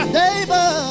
neighbor